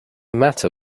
matter